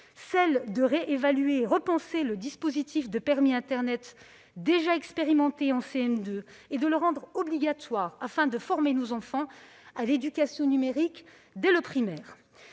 celle de réévaluer et de repenser le dispositif du « permis internet », déjà expérimenté en classe de CM2, et de le rendre obligatoire afin de former nos enfants à l'éducation numérique dès le primaire.